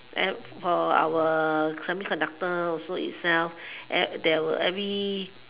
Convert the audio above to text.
and for our semi conductor also itself at there were every